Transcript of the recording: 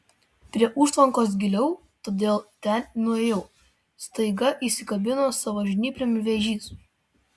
prie užtvankos giliau todėl ten nuėjau staiga įsikabino savo žnyplėm vėžys